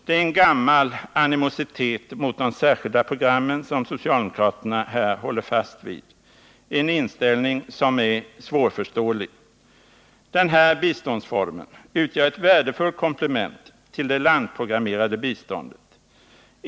Det är en gammal animositet mot de särskilda programmen som socialdemokraterna här håller fast vid — en inställning som är svårförståelig. Den här biståndsformen utgör ett värdefullt komplement till det landprogrammerade biståndet.